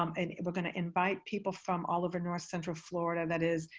um and we're going to invite people from all over north central florida that is,